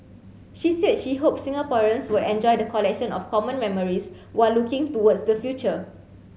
she said she hopes Singaporeans will enjoy the collection of common memories while looking towards the future